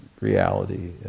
reality